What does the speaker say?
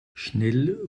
schnell